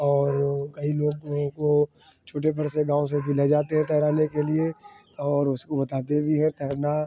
और कई लोग जो तो छोटे पर से गाँव से जिला जाते हैं तैराने के लिए और उस बताते भी हैं तैरना